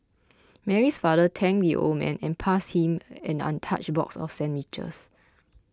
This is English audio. Mary's father thanked the old man and passed him an untouched box of sandwiches